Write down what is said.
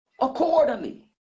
accordingly